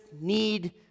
need